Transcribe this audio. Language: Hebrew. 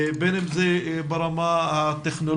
בין אם זה ברמה הטכנולוגית.